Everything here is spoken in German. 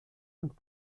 und